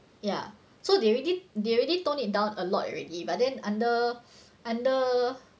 ya so they already they already tone it down a lot already but then under under